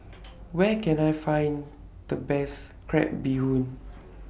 Where Can I Find The Best Crab Bee Hoon